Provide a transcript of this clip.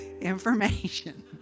information